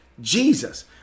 Jesus